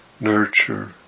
nurture